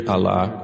Allah